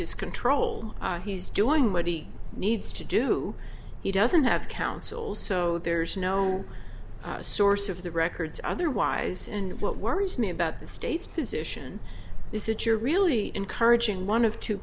his control he's doing what he needs to do he doesn't have counsel so there's no source of the records otherwise and what worries me about the state's position is that you're really encouraging one of two